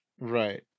right